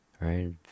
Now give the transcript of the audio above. Right